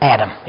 Adam